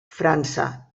frança